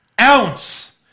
Ounce